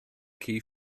key